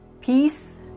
peace